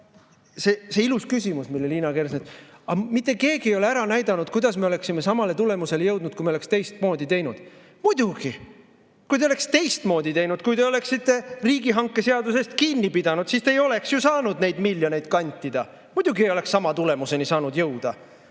see ilus [lause], mille Liina Kersna ütles: aga mitte keegi ei ole ära näidanud, kuidas me oleksime samale tulemusele jõudnud, kui me oleks teistmoodi teinud. Muidugi, kui te oleks teistmoodi teinud, kui te oleksite riigihangete seadusest kinni pidanud, siis te ei oleks ju saanud neid miljoneid kantida. Muidugi ei oleks sama tulemuseni saanud jõuda.